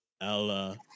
Ella